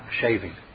shaving